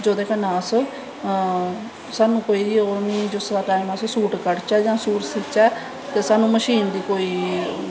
जेह्दे कन्नैं साह्नू जिसलै अस सूट कट्टचै जां सूट सीचै ते साह्नू मशीन दी कोई